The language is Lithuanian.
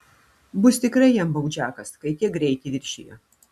bus tikrai jam baudžiakas kai tiek greitį viršijo